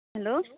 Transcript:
hello